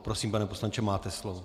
Prosím, pane poslanče, máte slovo.